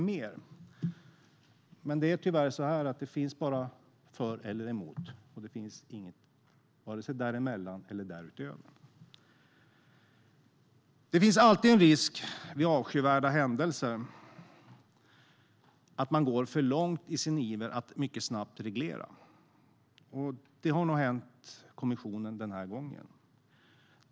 Det är dock tyvärr så att det bara finns för och emot; det finns inget vare sig däremellan eller därutöver. Det finns alltid en risk att man vid avskyvärda händelser går för långt i sin iver att mycket snabbt reglera. Det har nog hänt kommissionen den här gången.